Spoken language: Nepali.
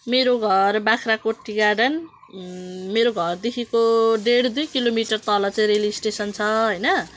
मेरो घर बाख्राकोट टी गार्डन मेरो घरदेखिको डेढ दुई किलोमिटर तल चाहिँ रेल स्टेसन छ होइन